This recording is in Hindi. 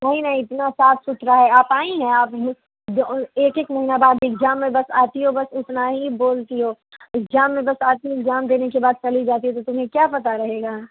नहीं नहीं इतना साफ सुथरा है आप आई हैं आप और एक एक महिना बाद इग्जाम में बस आती हो बस इतना ही बोलती हो इग्जाम में बस आती इग्जाम देने के बाद चली जाती हो तो तुम्हें क्या पता रहेगा